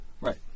Right